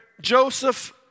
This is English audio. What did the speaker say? Joseph